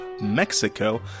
Mexico